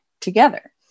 together